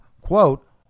quote